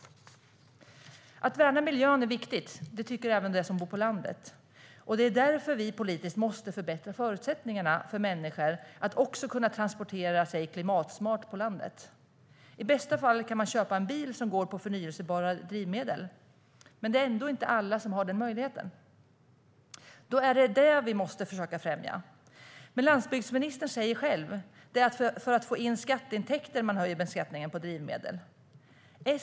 Att värna miljön är viktigt. Det tycker även de som bor på landet. Det är därför vi politiskt måste förbättra förutsättningarna för människor att transportera sig klimatsmart också på landet. I bästa fall kan man köpa en bil som går på förnybara drivmedel. Men det är ändå inte alla som har den möjligheten. Då är det detta vi måste försöka främja. Landsbygdsministern säger själv att det är för att få in skatteintäkter man höjer beskattningen på drivmedel.